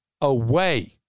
away